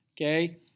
okay